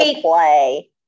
play